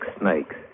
snakes